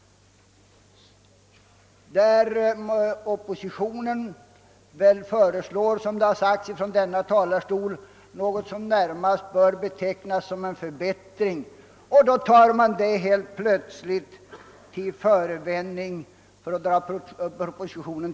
Oppositionen föreslog, såsom framhållits från denna talarstol, något som närmast bör betecknas som en förbättring. Men då tar regeringen detta helt plötsligt som förevändning för att dra tillbaka propositionen.